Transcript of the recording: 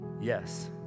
yes